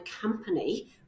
company